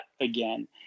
again